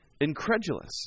incredulous